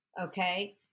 Okay